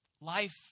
life